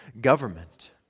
government